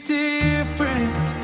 different